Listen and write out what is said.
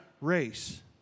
race